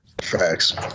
Facts